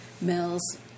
Mills